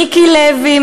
מיקי לוי,